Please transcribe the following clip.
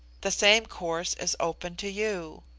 the same course is open to you.